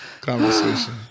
conversation